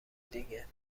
دیگه